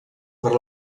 per